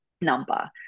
number